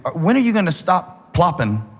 when are you going to stop plopping